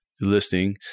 listing